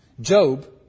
Job